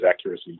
accuracy